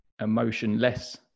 emotionless